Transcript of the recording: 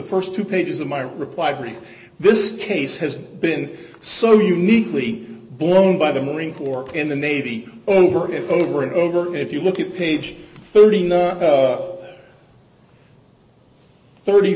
the st two pages of my reply brief this case has been so uniquely blown by the marine corps in the navy over and over and over if you look at page thirty nine thirty